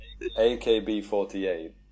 AKB48